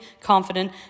confident